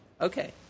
Okay